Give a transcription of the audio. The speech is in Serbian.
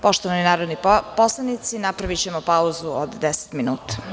Poštovani narodni poslanici, napravićemo pauzu od 10 minuta.